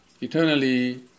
eternally